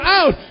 out